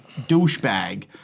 douchebag